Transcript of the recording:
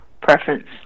preference